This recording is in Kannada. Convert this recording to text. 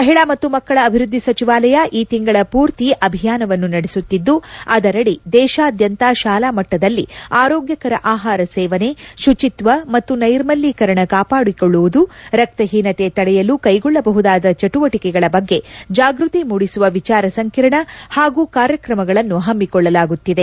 ಮಹಿಳಾ ಮತ್ತು ಮಕ್ಕಳ ಅಭಿವೃದ್ದಿ ಸಚಿವಾಲಯ ಈ ತಿಂಗಳ ಪೂರ್ತಿ ಅಭಿಯಾನವನ್ನು ನಡೆಸುತ್ತಿದ್ದು ಅದರದಿ ದೇಶಾದ್ಯಂತ ಶಾಲಾ ಮಟ್ವದಲ್ಲಿ ಆರೋಗ್ಯಕರ ಆಹಾರ ಸೇವನೆ ಶುಚಿತ್ವ ಮತ್ತು ನೈರ್ಮಲೀಕರಣ ಕಾಪಾಡಿಕೊಳ್ಳುವುದು ರಕ್ತಹೀನತೆ ತಡೆಯಲು ಕೈಗೊಳ್ಳಬಹುದಾದ ಚಣುವಟಿಕೆಗಳ ಬಗ್ಗೆ ಜಾಗ್ಬತಿ ಮೂಡಿಸುವ ವಿಚಾರ ಸಂಕಿರಣ ಹಾಗೂ ಕಾರ್ಯಕ್ರಮಗಳನ್ನು ಹಮ್ಮಿಕೊಳ್ಳಲಾಗುತ್ತಿದೆ